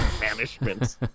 banishment